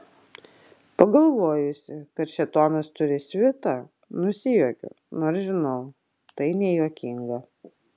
pagalvojusi kad šėtonas turi svitą nusijuokiu nors žinau tai nejuokinga